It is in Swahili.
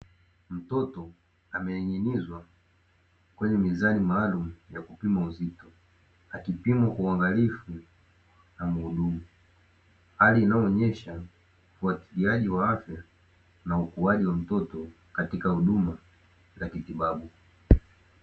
Mtoto amening'inizwa kwenye mizani ya kupima uzito akipimwa kwa uangalifu na mhudumu, hali inayoonyesha ufuatiliaji na ukuwaji wa mtoto za kitibabu.